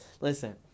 Listen